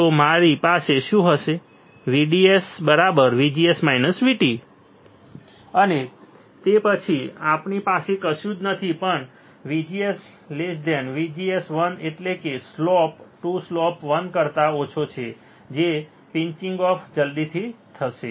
તો મારી પાસે શું હશે VDS VGS VT અને તે પછી આપણી પાસે કશું જ નથી પણ VGS VGS1 એટલે જ સ્લોપ 2 સ્લોપ 1 કરતા ઓછો છે અને પિંચિંગ ઑફ જલ્દીથી થશે